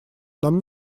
нам